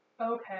Okay